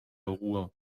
ruhr